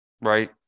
right